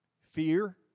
fear